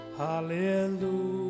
hallelujah